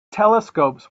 telescopes